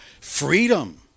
freedom